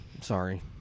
sorry